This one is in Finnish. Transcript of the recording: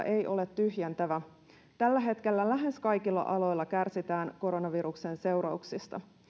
ei ole tyhjentävä tällä hetkellä lähes kaikilla aloilla kärsitään koronaviruksen seurauksista